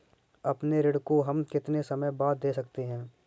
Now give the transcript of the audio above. अपने ऋण को हम कितने समय बाद दे सकते हैं?